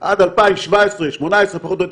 תודה.